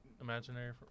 Imaginary